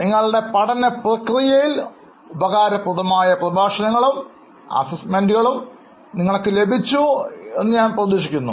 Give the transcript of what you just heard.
നിങ്ങളുടെ പഠനപ്രക്രിയയിൽ ഉപകാരപ്രദമായ പ്രഭാഷണങ്ങളും അസൈൻമെൻറ്കളും നിങ്ങൾക്ക് ലഭിച്ചു എന്ന് ഞാൻ പ്രതീക്ഷിക്കുന്നു